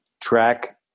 track